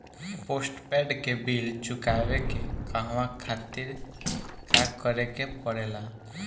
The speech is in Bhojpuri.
पोस्टपैड के बिल चुकावे के कहवा खातिर का करे के पड़ें ला?